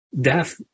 death